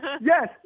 Yes